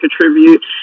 contribute